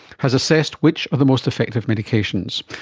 has assessed which are the most effective medications.